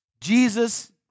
Jesus